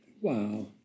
Wow